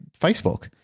Facebook